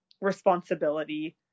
responsibility